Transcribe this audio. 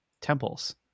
temples